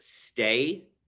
stay